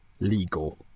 legal